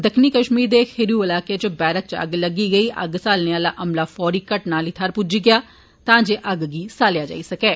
दक्खनी कश्मीर दे खरियू इलाके इच वैरक इच अग्ग लग्गी गेइ अग्ग सहालने आला अमला फौरी घटना आली थ्हार पुज्जी गेआ तां जे अग्ग गी स्हालने जाई सकै